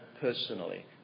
personally